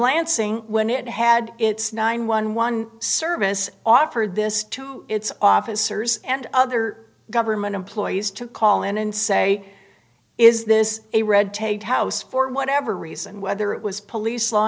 lansing when it had its nine one one service offered this to its officers and other government employees to call in and say is this a red tape house for whatever reason whether it was police law